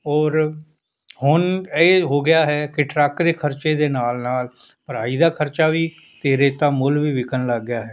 ਔਰ ਹੁਣ ਇਹ ਹੋ ਗਿਆ ਹੈ ਕਿ ਟਰੱਕ ਦੇ ਖਰਚੇ ਦੇ ਨਾਲ ਨਾਲ ਭਰਾਈ ਦਾ ਖਰਚਾ ਵੀ ਅਤੇ ਰੇਤਾ ਮੁੱਲ ਵੀ ਵਿਕਣ ਲੱਗ ਗਿਆ ਹੈ